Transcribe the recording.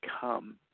come